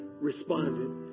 responded